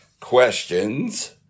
questions